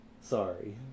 Sorry